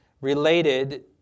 related